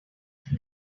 after